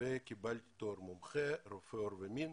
וקיבלתי תואר מומחה, רופא עור ומין.